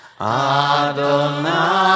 Adonai